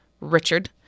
Richard